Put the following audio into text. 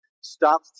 Stop